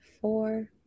four